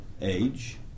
age